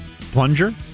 plunger